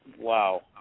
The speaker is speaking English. Wow